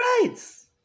rights